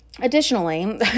Additionally